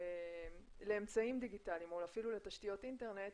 לאמצעים דיגיטליים או אפילו לתשתיות אינטרנט,